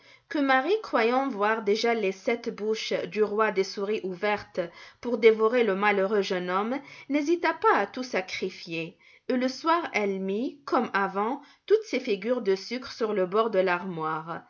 que marie croyant voir déjà les sept bouches du roi des souris ouvertes pour dévorer le malheureux jeune homme n'hésita pas à tout sacrifier et le soir elle mit comme avant toutes ses figures de sucre sur le bord de l'armoire